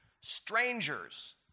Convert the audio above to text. strangers